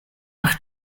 por